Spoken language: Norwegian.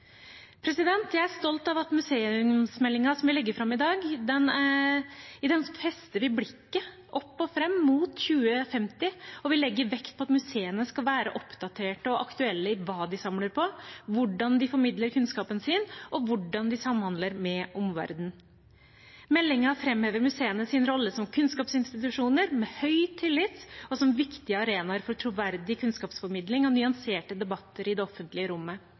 Jeg er stolt av at vi i den museumsmeldingen som vi legger fram i dag, fester blikket opp og fram mot 2050. Vi legger vekt på at museene skal være oppdaterte og aktuelle i hva de samler på, hvordan de formidler kunnskapen sin, og hvordan de samhandler med omverdenen. Meldingen framhever museenes rolle som kunnskapsinstitusjoner med høy tillit og som viktige arenaer for troverdig kunnskapsformidling og nyanserte debatter i det offentlige rommet.